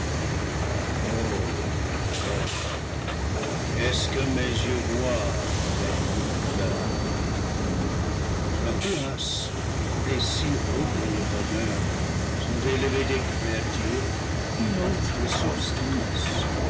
qu'est-ce que mes yeux voient avec douleur à notre place et si haut dans le bonheur sont élevées des créa tures dune autre substance